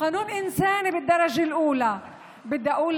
חוק הומניטרי ממדרגה ראשונה.